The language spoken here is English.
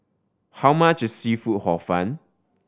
how much is seafood Hor Fun